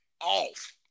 off